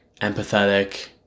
empathetic